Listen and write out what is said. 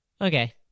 Okay